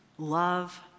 love